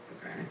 okay